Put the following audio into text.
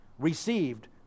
received